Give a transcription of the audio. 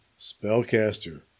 spellcaster